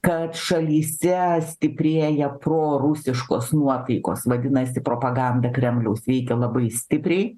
kad šalyse stiprėja prorusiškos nuotaikos vadinasi propaganda kremliaus veikia labai stipriai